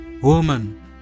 Woman